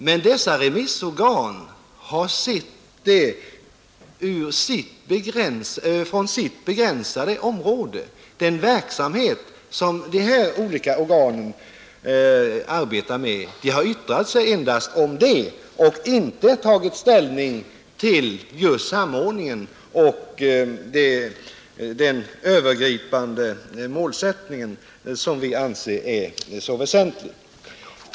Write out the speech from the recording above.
Men dessa remissorgan har sett från sina begränsade områden. De har yttrat sig endast om den verksamhet som de arbetar med, och de har inte tagit ställning till samordningen och den övergripande målsättning som vi anser vara så väsentlig.